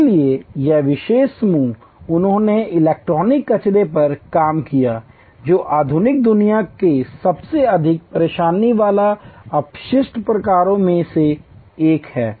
इसलिए यह विशेष समूह उन्होंने इलेक्ट्रॉनिक कचरे पर काम किया जो आधुनिक दुनिया के सबसे अधिक परेशानी वाले अपशिष्ट प्रकारों में से एक है